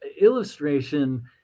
illustration